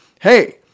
hey